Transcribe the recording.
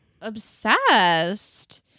obsessed